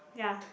ya